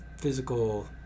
physical